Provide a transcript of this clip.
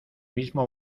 mismo